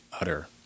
utter